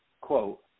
Quote